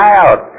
out